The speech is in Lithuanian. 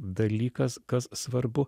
dalykas kas svarbu